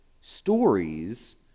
stories